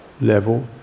level